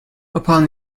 upon